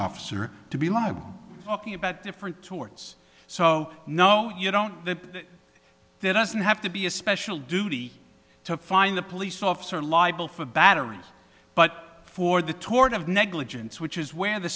officer to be libel okee about different towards so no you don't that there doesn't have to be a special duty to find the police officer liable for batteries but for the tort of negligence which is where the